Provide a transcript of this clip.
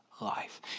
life